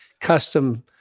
custom